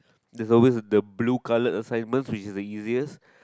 there's always the blue color assignment which is the easiest